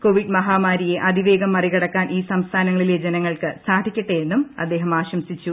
Covid മഹാമാരിയെ അതിവേഗം മറികടക്കാൻ ഈ സംസ്ഥാനങ്ങളിലെ ജനങ്ങൾക്ക് സാധിക്കട്ടെയെന്നും അദ്ദേഹം ആശംസിച്ചു